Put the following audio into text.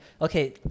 okay